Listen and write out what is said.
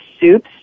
soups